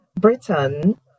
Britain